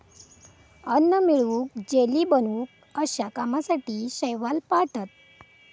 अन्न मिळवूक, जेली बनवूक अश्या कामासाठी शैवाल पाळतत